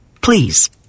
Please